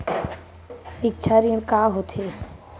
सिक्छा ऋण का होथे?